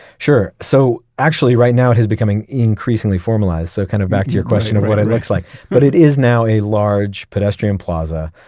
sure. so actually right now it is becoming increasingly formalized. so kind of back to your question of what it looks like. but it is now a large pedestrian plaza.